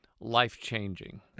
life-changing